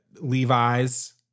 Levi's